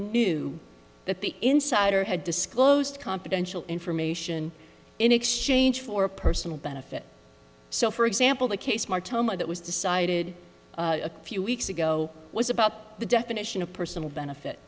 knew that the insider had disclosed confidential information in exchange for a personal benefit so for example the case martoma that was decided a few weeks ago was about the definition of personal